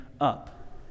up